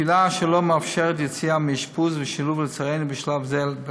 פעילה אשר לצערנו לא מאפשרת יציאה מאשפוז ושילוב בקהילה בשלב זה.